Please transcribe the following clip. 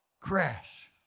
crash